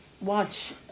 watch